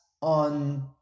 on